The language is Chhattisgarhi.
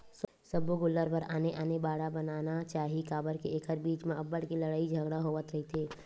सब्बो गोल्लर बर आने आने बाड़ा बनाना चाही काबर के एखर बीच म अब्बड़ के लड़ई झगरा होवत रहिथे